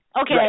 Okay